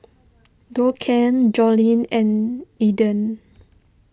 Duncan Jolene and Elden